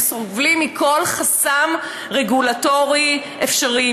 הם סובלים מכל חסם רגולטורי אפשרי,